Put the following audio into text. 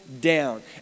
down